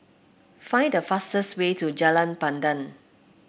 find the fastest way to Jalan Pandan